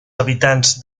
habitants